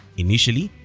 initially,